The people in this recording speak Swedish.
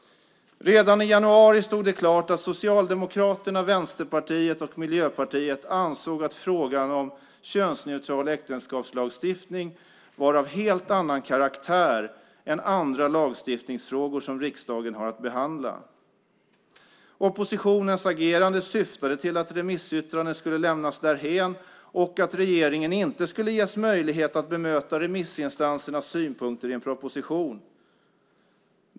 Redan i januari stod det klart att Socialdemokraterna, Vänsterpartiet och Miljöpartiet ansåg att frågan om könsneutral äktenskapslagstiftning var av helt annan karaktär än andra lagstiftningsfrågor som riksdagen har att behandla. Oppositionens agerande syftade till att remissyttranden skulle lämnas därhän och att regeringen inte skulle ges möjlighet att bemöta remissinstansernas synpunkter i en proposition.